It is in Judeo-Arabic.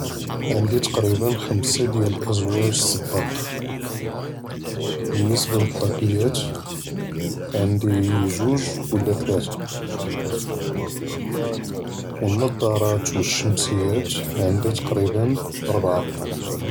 עַנְדִי תַקרִיבַּא חַמְסָה דִיַאל לְאַזְוַאג סְבַּאט, בִּנְסְבַּה לְטַאקִיַאת עַנְדִי גּוּז' וְלָא תְּלָאת, וּלְנַזַּארַאת וּלְשַּׁמְסִיַאת עַנְדִי תַקרִיבַּא רְבַּע.